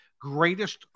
greatest